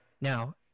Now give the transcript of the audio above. now